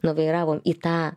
nuvairavom į tą